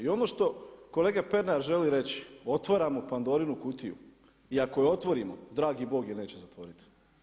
I ono što kolega Pernar želi reći, otvaramo Pandorinu kutiju i ako je otvorimo dragi Bog je neće zatvoriti.